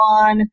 on